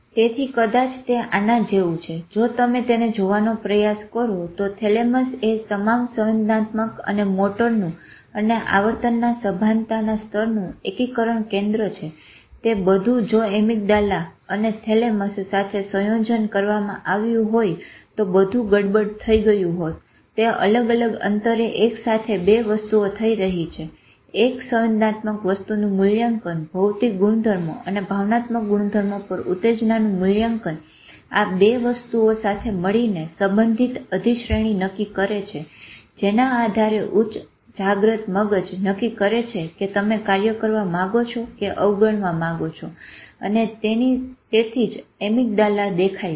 તેથી કદાચ તે આના જેવું છે જો તમે તેને જોવાનો પ્રયાસ કરો તો થેલેમસએ તમામ સંવેદનાત્મક અને મોટરનું અને આવર્તનના સભાનતા સ્તરનું એકીકરણ કેન્દ્ર છે તે બધું જો એમીગડાલા અને થેલેમસ સાથે સંયોજન કરવામાં આવ્યું હોય તો બધું ગડબડ થઇ ગયું હોત તે અલગ અલગ અંતરે એકસાથે 2 વસ્તુઓ થઇ રહી છે એક સંવેદનાત્મક વસ્તુનું મૂલ્યાંકન ભોતિક ગુણધર્મો અને ભાવનાત્મક ગુણધર્મો પર ઉતેજ્નાનું મુલ્યાંકન આ 2 વસ્તુઓ સાથે મળીને સંબંધિત અધીશ્રેણી નક્કી કરે છે જેના આધારે ઉચ્ચ જાગ્રત મગજ નક્કી કરે છે કે તમે કાર્ય કરવા માંગો છો કે અવગણવા માંગો છો અને તેથી જ એમીગડાલા દેખાય છે